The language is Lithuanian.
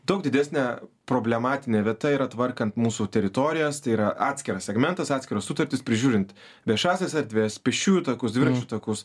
daug didesnė problematinė vieta yra tvarkant mūsų teritorijas tai yra atskiras segmentas atskiros sutartys prižiūrint viešąsias erdves pėsčiųjų takus dviračių takus